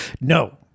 No